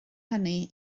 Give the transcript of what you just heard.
hynny